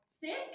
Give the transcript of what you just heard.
thick